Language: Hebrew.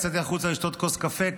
יצאתי החוצה לשתות כוס קפה,